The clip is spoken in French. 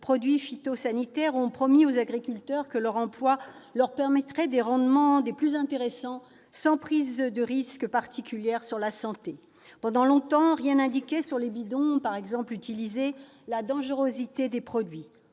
de produits phytosanitaires ont promis aux agriculteurs que l'emploi de ces produits leur permettrait d'obtenir des rendements des plus intéressants sans prise de risque particulière sur la santé. Pendant longtemps, rien n'indiquait, sur les bidons utilisés, la dangerosité des produits.